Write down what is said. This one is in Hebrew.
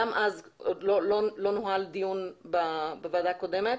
גם אז לא נוהל דיון בוועדה הקודמת,